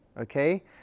okay